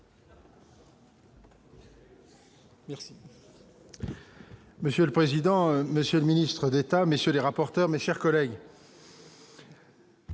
Merci